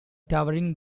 towering